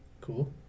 cool